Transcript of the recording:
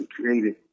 created